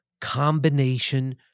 combination